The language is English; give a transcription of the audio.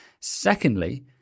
Secondly